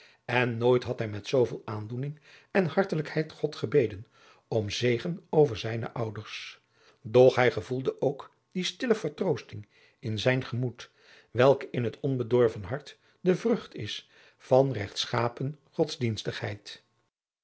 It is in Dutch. en nooit had hij met zooveel aandoening en hartelijkheid god gebeden om zegen over zijne ouders doch hij gevoelde ook die stille vertroosting in zijn gemoed welke in het onbedorven hart de vrucht is van regtschapen